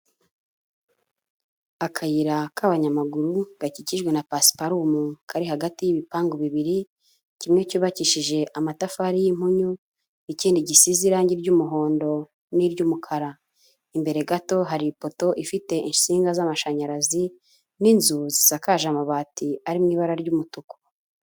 Akayira k'abanyamaguru, gakikijwe na pasiparumu kari hagati y'ibipangu bibiri, kimwe cyubakishije amatafari y'impunyu, ikindi gisize irangi ry'umuhondo n'iry'umukara, imbere gato hari ipoto ifite insinga z'amashanyarazi n'inzu zisakaje amabati ari mu ibara ry'umutuku.